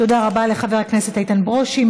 תודה רבה לחבר הכנסת איתן ברושי.